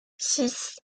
six